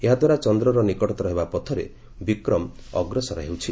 ଏହା ଦ୍ୱାରା ଚନ୍ଦ୍ରର ନିକଟତର ହେବା ପଥରେ ବିକ୍ରମ ଅଗ୍ରସର ହେଉଛି